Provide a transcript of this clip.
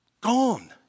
gone